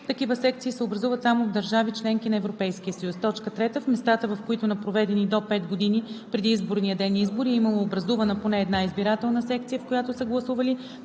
такива секции се образуват само в държави – членки на Европейския съюз; 3. в местата, в които на проведени до 5 години преди изборния ден избори е имало образувана поне една избирателна секция, в която са гласували